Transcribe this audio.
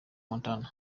montana